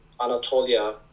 Anatolia